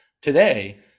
today